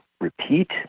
repeat